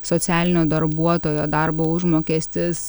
socialinio darbuotojo darbo užmokestis